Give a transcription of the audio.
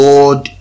Lord